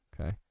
okay